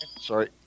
sorry